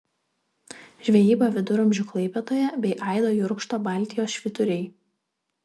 žvejyba viduramžių klaipėdoje bei aido jurkšto baltijos švyturiai